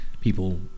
people